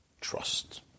Trust